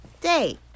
day